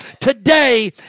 today